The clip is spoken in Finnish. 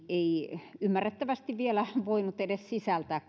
ei ymmärrettävästi vielä voinut edes sisältää